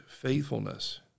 faithfulness